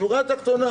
בשורה התחתונה